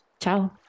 Ciao